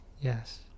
Yes